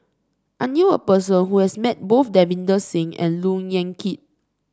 I knew a person who has met both Davinder Singh and Look Yan Kit